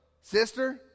sister